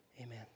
Amen